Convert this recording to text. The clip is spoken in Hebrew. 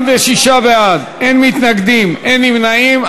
46 בעד, אין מתנגדים, אין נמנעים.